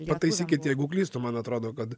pataisykit jeigu klystu man atrodo kad